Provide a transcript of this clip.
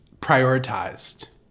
prioritized